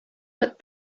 but